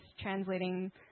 translating